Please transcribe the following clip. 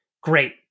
Great